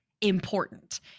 Important